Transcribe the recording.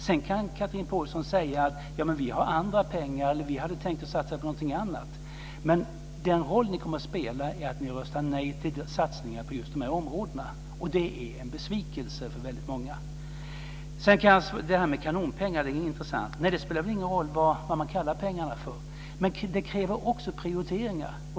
Sedan kan Chatrine Pålsson säga att kristdemokraterna har andra pengar och hade tänkt satsa på någonting annat, men den roll ni kommer att spela är att ni röstar nej till satsningar på just dessa områden, och det är en besvikelse för väldigt många. Det som sades om kanonpengar är intressant. Det spelar ingen roll vad man kallar pengarna för. Men det kräver också prioriteringar.